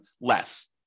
less